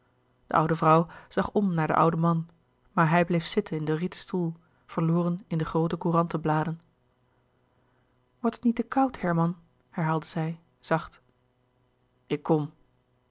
de oude vrouw zag om naar den ouden man maar hij bleef zitten in den rieten stoel verloren in de groote courantenbladen wordt het niet te koud herman herhaalde zij zacht ik kom